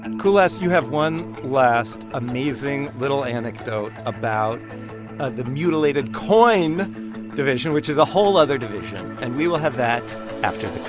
and kulas, you have one last amazing little anecdote about the mutilated coin division, which is a whole other division. and we will have that after